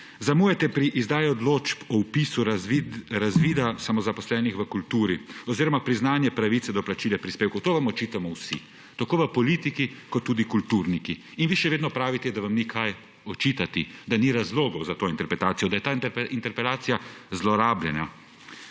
Zamujate pri izdaji odločb o vpisu razvida samozaposlenih v kulturi oziroma priznanja pravice do plačila prispevkov, to vam očitamo vsi, tako v politiki kot tudi kulturniki, in vi še vedno pravite, da vam ni česa očitati, da ni razlogov za to interpelacijo, da je ta interpelacija zlorabljena.